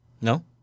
No